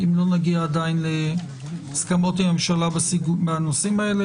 אם לא נגיע להסכמות עם הממשלה בנושאים האלה